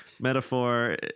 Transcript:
metaphor